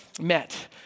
met